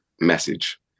message